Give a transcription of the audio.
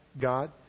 God